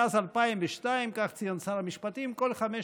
מאז 2002, כך ציין שר המשפטים, כל חמש